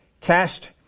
cast